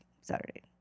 Saturday